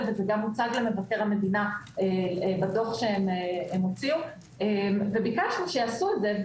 וזה גם הוצג למבקר המדינה בדוח שהוציאו וביקשנו שיעשו את זה,